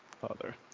father